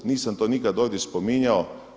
Nisam to nikad ovdje spominjao.